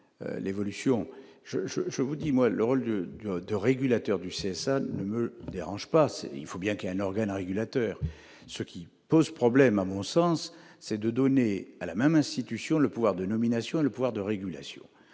réflexion. Pour ma part, le rôle de régulateur du CSA ne me dérange pas : il faut bien qu'il y ait un organe régulateur. Ce qui pose problème, à mon sens, c'est que l'on donne à la même institution le pouvoir de nomination et le pouvoir de régulation.